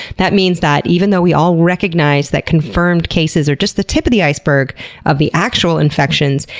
that means that even though we all recognize that confirmed cases are just the tip of the iceberg of the actual infections,